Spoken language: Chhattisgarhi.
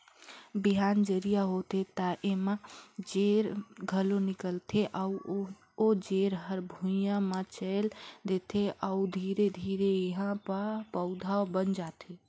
बिहान जरिया होथे त एमा जेर घलो निकलथे अउ ओ जेर हर भुइंया म चयेल देथे अउ धीरे धीरे एहा प पउधा बन जाथे